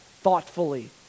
thoughtfully